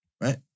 Right